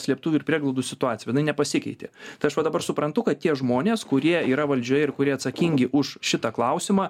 slėptuvių ir prieglaudų situacija bet jinai nepasikeitė tai aš va dabar suprantu kad tie žmonės kurie yra valdžioje ir kurie atsakingi už šitą klausimą